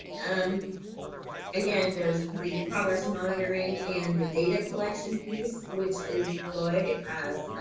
um again, there's the progress monitoring and the data collection piece which is good as